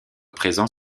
présent